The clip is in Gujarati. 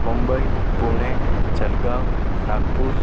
મુંબઈ પૂણે જલગાંવ નાગપુર